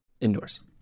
indoors